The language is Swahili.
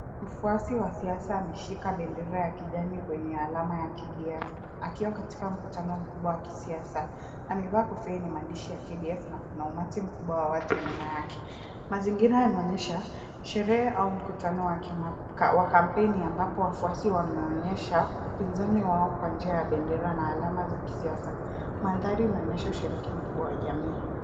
Mfwasi wa siasa ameshika bendera ya kijani kwenye alama ya KDF. Akiwa katika mkutano mkubwa wa kisiasa, amevaa kofia yenye maandishi ya KDF na kuna umati mkubwa wa watu nyuma yake. Mazingira yanaonyesha sherehe au mkutano wa kampeni ambapo wafuasi wameonyesha upinzani wao kwa njia ya bendera na alama za kisiasa. Mandhari inaonyesha ushiriki mkubwa wa jamii.